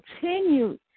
continue